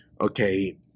okay